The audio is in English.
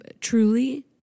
truly